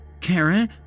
Karen